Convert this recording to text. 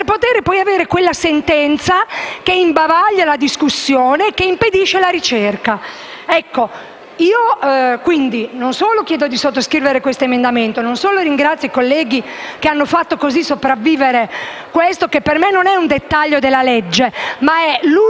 per ottenere una sentenza che imbavaglia la discussione e impedisce la ricerca. Quindi, io non solo chiedo di sottoscrivere questo emendamento - ringrazio i colleghi che hanno fatto sopravvivere quello che, per me, è non un dettaglio della legge, ma l'unico